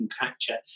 capture